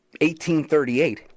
1838